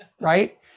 right